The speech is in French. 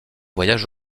voyage